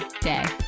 day